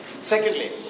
Secondly